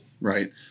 right